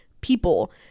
people